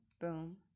boom